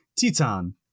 titan